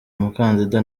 umukandida